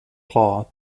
claw